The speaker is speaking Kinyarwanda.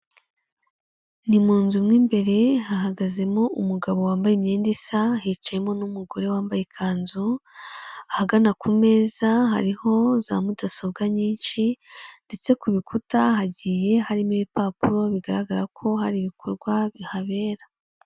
Ni mu nzu mo imbere hahagazemo umugabo wambaye imyenda isa, hicayemo n'umugore wambaye ikanzu, ahagana ku meza hariho za mudasobwa nyinshi ndetse ku bikuta hagiye harimo ibipapuro bigaragara ko hari ibikorwa bihabera.